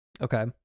Okay